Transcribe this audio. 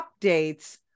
updates